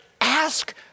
ask